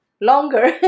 longer